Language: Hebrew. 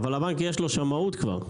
אבל הבנק יש לו שמאות כבר.